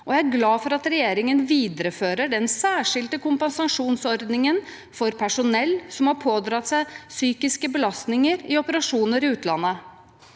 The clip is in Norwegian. jeg er glad for at regjeringen viderefører den særskilte kompensasjonsordningen for personell som har pådratt seg psykiske belastninger i operasjoner i utlandet.